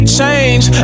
change